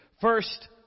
First